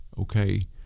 Okay